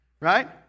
Right